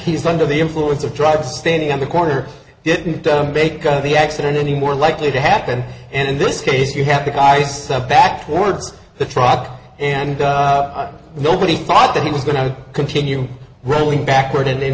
he's under the influence of drugs standing on the corner didn't make of the accident any more likely to happen and in this case you have the guy's back towards the truck and nobody thought that he was going to continue rolling backward and in